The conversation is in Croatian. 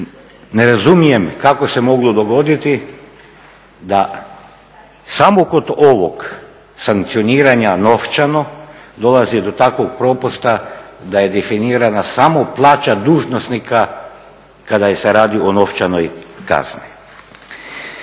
ne razumijem kako se moglo dogoditi da samo kod ovog sankcioniranja novčanog dolazi do takvog propusta da je definirana samo plaća dužnosnika kada se radi o novčanoj kazni.